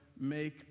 make